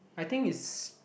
I think is